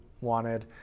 wanted